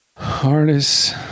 Harness